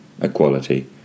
equality